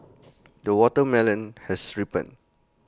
the watermelon has ripened